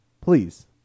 Please